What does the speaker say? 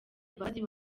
mbabazi